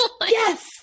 yes